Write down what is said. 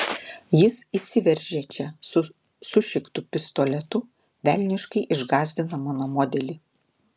jis įsiveržia čia su sušiktu pistoletu velniškai išgąsdina mano modelį